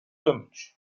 plumage